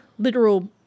literal